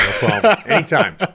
Anytime